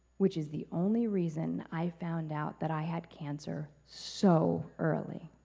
which is the only reason i found out that i had cancer so early.